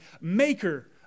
maker